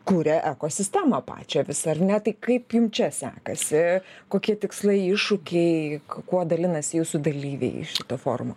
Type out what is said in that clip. kuria ekosistemą pačią vis ar ne tai kaip jum čia sekasi kokie tikslai iššūkiai kuo dalinasi jūsų dalyviai iš šito forumo